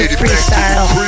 freestyle